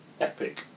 Epic